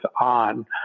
on